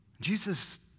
Jesus